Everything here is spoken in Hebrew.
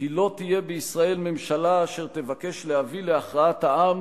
כי לא תהיה בישראל ממשלה אשר תבקש להביא להכרעת העם